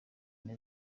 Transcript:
yine